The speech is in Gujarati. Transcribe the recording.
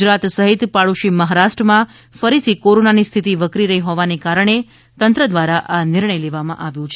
ગુજરાત સહીત પાડોશી મહારાષ્ટ્રમાં ફરીથી કોરોનાની સ્થિતિ વકરી રહી હોવાને કારણે તંત્ર દ્વારા આ નિર્ણય લેવામાં આવ્યો છે